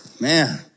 Man